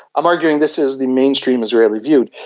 i'm arguing this is the mainstream israeli view.